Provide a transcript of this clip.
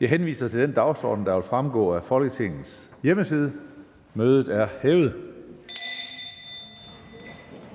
Jeg henviser til den dagsorden, der vil fremgå af Folketingets hjemmeside. Mødet er hævet.